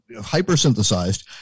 hypersynthesized